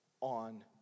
on